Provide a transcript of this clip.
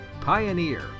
Pioneer